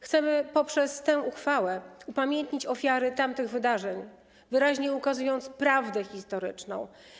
Chcemy poprzez tę uchwałę upamiętnić ofiary tamtych wydarzeń, wyraźnie ukazać prawdę historyczną.